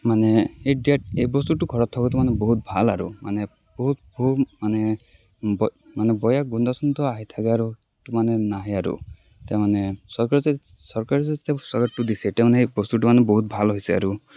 মানে এই যে এই বস্তুটো ঘৰত থকাটো মানে বহুত ভাল আৰু মানে বহুত বহুত মানে ব মানে বেয়া গোন্ধ চোন্ধ আহি থাকে আৰু সেইটো মানে নাহে আৰু এতিয়া মানে চৰকাৰে যে চৰকাৰে যে দিছে এতিয়া মানে বস্তুটো মানে বহুত ভাল হৈছে আৰু